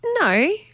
No